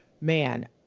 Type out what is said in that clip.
man